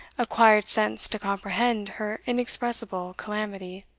acquired sense to comprehend her inexpressible calamity.